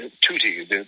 Tutti